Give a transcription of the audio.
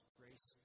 grace